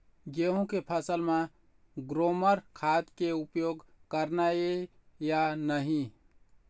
गेहूं के फसल म ग्रोमर खाद के उपयोग करना ये या नहीं?